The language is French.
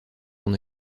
son